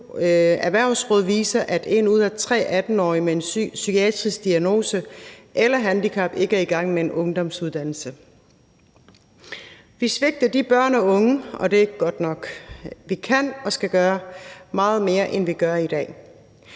Erhvervsråd viser, at en ud af tre 18-årige med en psykiatrisk diagnose eller et handicap ikke er i gang med en ungdomsuddannelse. Vi svigter de børn og unge, og det er ikke godt nok. Vi kan og skal gøre meget mere, end vi gør i dag.